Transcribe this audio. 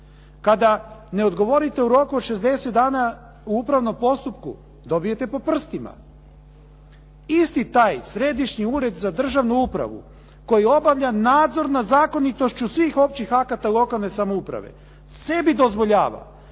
Kada ne odgovorite u roku od 60 dana u upravnom postupku, dobijete po prstima. Isti taj Središnji ured za državnu upravu koji obavlja nadzor nad zakonitošću svih općih akata lokalne samouprave sebi dozvoljava